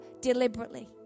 deliberately